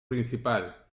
principal